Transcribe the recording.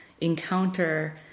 encounter